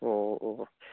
ꯑꯣ